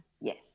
Yes